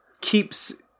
keeps